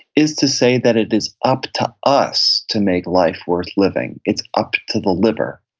is to say that it is up to us to make life worth living. it's up to the liver,